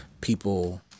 people